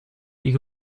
ihre